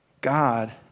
God